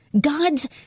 God's